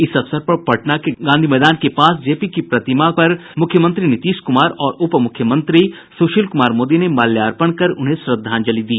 इस अवसर पर पटना के गांधी मैदान के पास जेपी की प्रतिमा पर मुख्यमंत्री नीतीश कुमार और उप मुख्यमंत्री सुशील कुमार मोदी ने माल्यापंण कर उन्हें श्रद्धांजलि दी